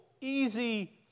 easy